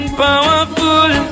powerful